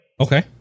Okay